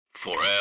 Forever